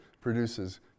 produces